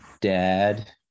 dad